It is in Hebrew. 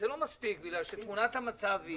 בגלל שתמונת המצב היא